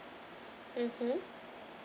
mmhmm